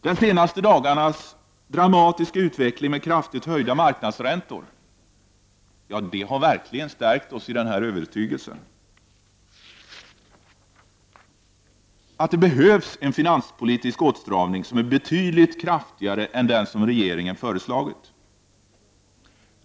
De senaste dagarnas dramatiska utveckling med kraftigt höjda marknadsräntor har stärkt oss i denna övertygelse. Det behövs en finanspolitisk åtstramning som är betydligt kraftigare än den som regeringen föreslagit.